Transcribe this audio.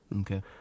Okay